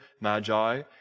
Magi